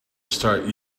start